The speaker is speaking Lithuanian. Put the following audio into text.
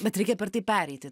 bet reikia per tai pereiti